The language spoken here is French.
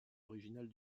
originale